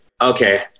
okay